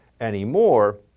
anymore